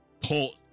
port